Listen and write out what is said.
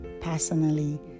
personally